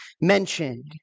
mentioned